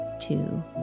two